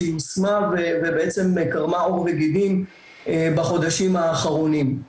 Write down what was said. שהיא יושמה ובעצם קרמה עור וגידים בחודשים האחרונים.